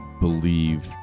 believe